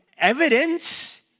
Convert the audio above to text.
evidence